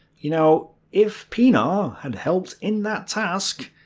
you know, if pienaar had helped in that task,